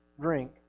drink